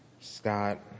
Scott